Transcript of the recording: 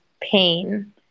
pain